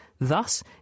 Thus